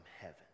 heaven